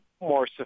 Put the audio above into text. more